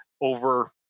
over